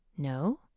No